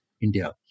India